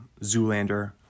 zoolander